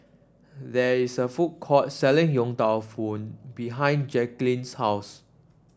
there is a food court selling Yong Tau Foo behind Jacqulyn's house